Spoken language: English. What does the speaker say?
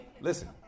listen